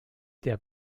der